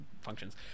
functions